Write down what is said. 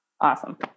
Awesome